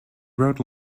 wrote